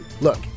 Look